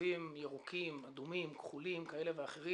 בקווים ירוקים, כחולים, אדומים כאלה ואחרים.